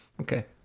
okay